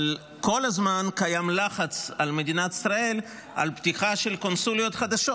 אבל כל הזמן קיים לחץ על מדינת ישראל לפתוח קונסוליות חדשות